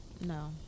No